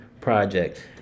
project